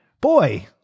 boy